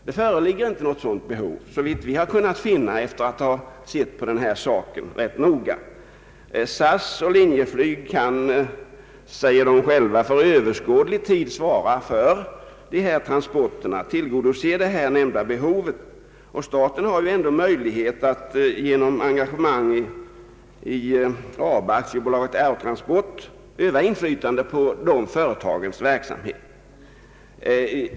Det föreligger inte något sådant behov, såvitt vi kunnat finna efter att ha undersökt denna fråga ganska noga. SAS och LIN säger att de kan för överskådlig tid svara för dessa transporter och tillgodose det behov det här gäller. Staten har ju ändå möjlighet att genom sitt engagemang i AB Aerotransport utöva inflytande på dessa företags verksamhet.